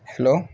hello